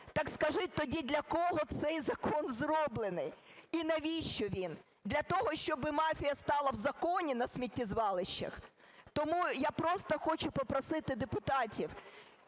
Так скажіть тоді, для кого цей закон зроблений і навіщо він? Для того, щоб мафія стала в законі на сміттєзвалищах? Тому я просто хочу попросити депутатів: